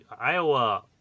Iowa